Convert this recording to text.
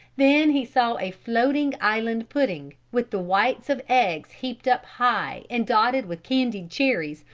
then he saw a floating-island pudding, with the whites of eggs heaped up high and dotted with candied cherries,